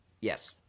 Yes